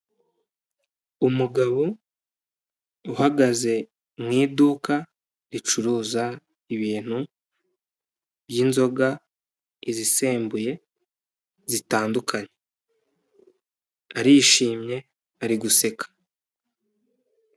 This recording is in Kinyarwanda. Umugabo uhagaze mu iduka ricuruza ibintu by'inzoga izisembuye zitandukanye. Arishimye ari guseka.